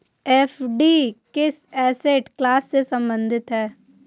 FD किस asset class से संबंधित है?